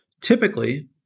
typically